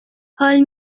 حال